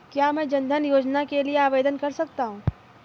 क्या मैं जन धन योजना के लिए आवेदन कर सकता हूँ?